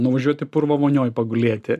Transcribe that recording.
nuvažiuoti purvo vonioj pagulėti